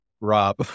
rob